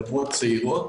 חברות צעירות,